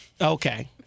Okay